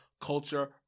Culture